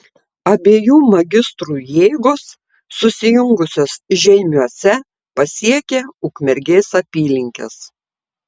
abiejų magistrų jėgos susijungusios žeimiuose pasiekė ukmergės apylinkes